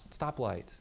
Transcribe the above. stoplight